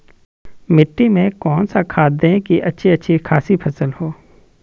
मिट्टी में कौन सा खाद दे की अच्छी अच्छी खासी फसल हो?